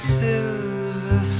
silver